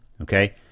okay